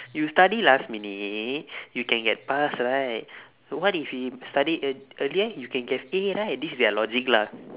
you study last minute you can get pass right what if you study ear~ earlier you can get A right this is their logic lah